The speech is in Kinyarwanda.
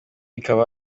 ikaba